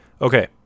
Okay